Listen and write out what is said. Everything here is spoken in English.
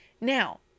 Now